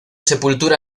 sepultura